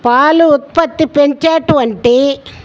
పాలు ఉత్పత్తి పెంచేటువంటి